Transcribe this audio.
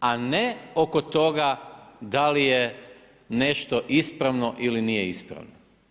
a ne oko toga, da li je nešto ispravno ili nije ispravno.